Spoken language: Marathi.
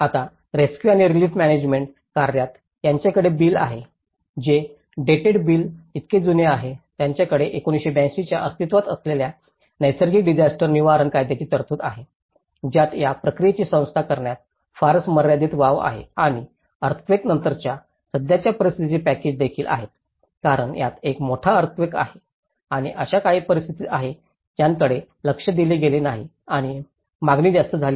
आता रेस्क्यू आणि रिलीफ मॅनॅजमेण्ट कार्यात त्यांच्याकडे बिल आहे जे डेटेड बिल इतके जुने आहे त्यांच्याकडे 1982 च्या अस्तित्त्वात असलेल्या नैसर्गिक डिसास्टर निवारण कायद्याची तरतूद आहे ज्यात या प्रक्रियेची स्थापना करण्यास फारच मर्यादित वाव आहे आणि अर्थक्वेक नंतरच्या सध्याच्या परिस्थितीचे पॅकजे देखील आहेत कारण त्यात एक मोठा अर्थक्वेक आहे आणि अशा काही परिस्थिती आहेत ज्याकडे लक्ष दिले गेले नाही आणि मागणी जास्त झाली आहे